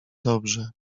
dobrze